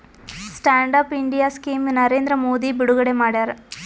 stand up India scheme Narendra Modi ಬಿಡುಗಡೆ ಮಾಡ್ಯಾರ